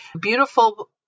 beautiful